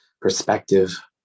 perspective